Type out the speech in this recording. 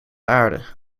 aarde